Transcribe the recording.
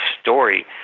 story